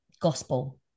gospel